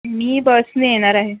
मी बसने येणार आहे